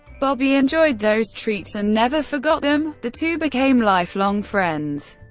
bobby enjoyed those treats and never forgot them the two became lifelong friends.